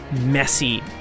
messy